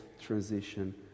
transition